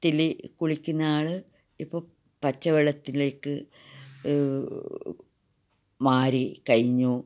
ത്തില് കുളിക്കുന്ന ആള് ഇപ്പോൾ പച്ചവെള്ളത്തിലേക്ക് മാറി കഴിഞ്ഞു